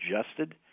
adjusted